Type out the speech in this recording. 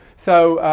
so